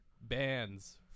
bands